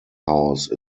house